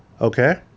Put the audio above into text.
okay